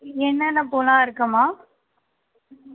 என்னென்ன பூவெலாம் இருக்கும்மா